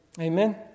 Amen